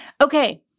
Okay